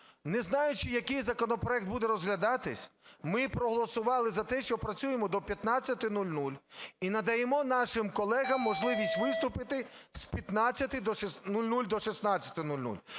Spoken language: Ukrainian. не знаючи, який законопроект буде розглядатись, ми проголосували за те, що працюємо до 15:00 і надаємо нашим колегам можливість виступити з 15:00 до 16:00.